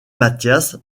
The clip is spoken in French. mathias